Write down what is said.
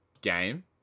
game